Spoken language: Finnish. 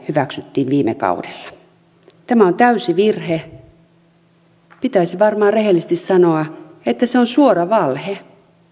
hyväksyttiin viime kaudella tämä on täysi virhe pitäisi varmaan rehellisesti sanoa että se on suora valhe